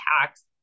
tax